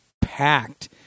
packed